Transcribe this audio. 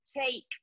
take